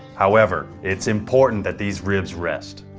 however, its important that these ribs rest.